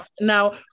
now